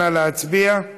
נא להצביע.